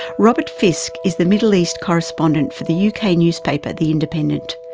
robert fisk is the middle east correspondent for the yeah uk ah newspaper, the independent,